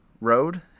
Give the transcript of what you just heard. Road